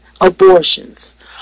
abortions